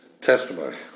testimony